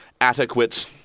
adequate